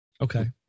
Okay